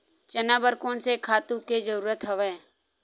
चना बर कोन से खातु के जरूरत हवय?